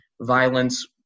violence